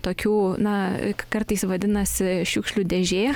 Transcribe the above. tokių na k kartais vadinasi šiukšlių dėžė